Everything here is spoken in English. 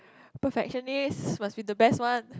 perfectionist must be the best one